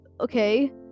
okay